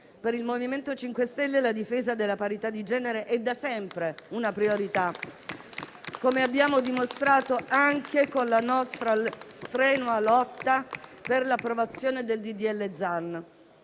Per il MoVimento 5 Stelle la difesa della parità di genere è da sempre una priorità, come abbiamo dimostrato anche con la nostra strenua lotta per l'approvazione del disegno